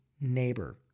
neighbor